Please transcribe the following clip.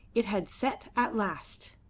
it had set at last!